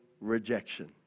rejection